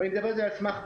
ואני מדבר על סמך בדיקה,